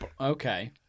Okay